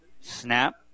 Snap